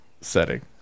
setting